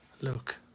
look